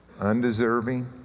undeserving